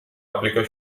aplică